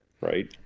Right